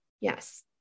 Yes